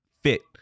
fit